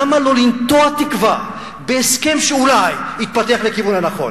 למה לא לנטוע תקווה בהסכם שאולי יתפתח לכיוון הנכון?